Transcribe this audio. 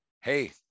Hey